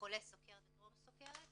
חולי סכרת וטרום-סכרת,